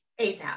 ASAP